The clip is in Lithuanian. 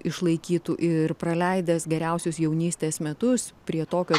išlaikytų ir praleidęs geriausius jaunystės metus prie tokio